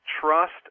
Trust